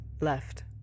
left